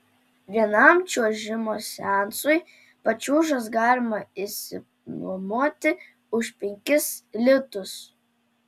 vienam čiuožimo seansui pačiūžas galima išsinuomoti už penkis litus